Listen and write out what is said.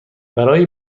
برای